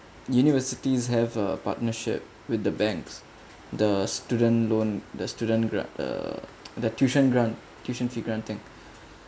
universities have a partnership with the banks the student loan the student grant the the tuition grant tuition fee granting